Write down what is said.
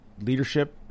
leadership